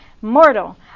mortal